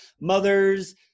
mothers